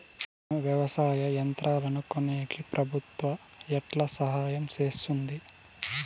నేను వ్యవసాయం యంత్రాలను కొనేకి ప్రభుత్వ ఎట్లా సహాయం చేస్తుంది?